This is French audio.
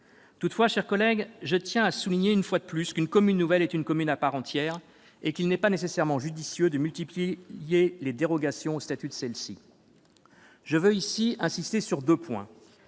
Toutefois, chers collègues, je tiens à souligner, une fois de plus, qu'une commune nouvelle est une commune à part entière et qu'il n'est pas nécessairement judicieux de multiplier les dérogations au statut communal. Je veux insister ici sur deux points.